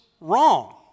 wrong